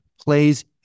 plays